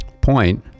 point